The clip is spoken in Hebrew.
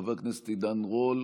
חבר הכנסת עידן רול,